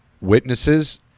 witnesses